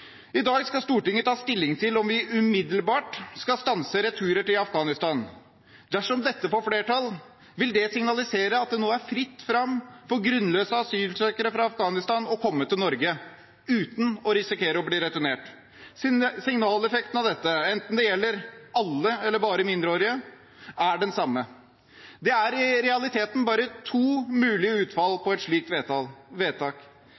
I dag skal Stortinget ta stilling til om vi umiddelbart skal stanse returer til Afghanistan. Dersom dette får flertall, vil det signalisere at det nå er fritt fram for grunnløse asylsøkere fra Afghanistan å komme til Norge uten å risikere å bli returnert. Signaleffekten av dette, enten det gjelder alle eller bare mindreårige, er den samme. Det er i realiteten bare to mulige utfall av et slikt vedtak.